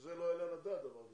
שזה לא יעלה על הדעת, דבר כזה,